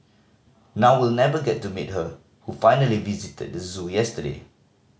now we'll never get to meet her who finally visited the zoo yesterday